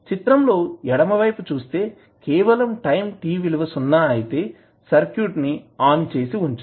చిత్రం లో ఎడమ వైపు చుస్తే కేవలం టైం t విలువ సున్నా అయితే సర్క్యూట్ ని ఆన్ చేసి ఉంచుదాం